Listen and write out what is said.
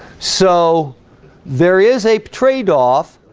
so there is a trade-off,